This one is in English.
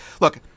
look